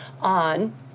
on